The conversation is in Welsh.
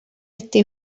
ydy